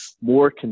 more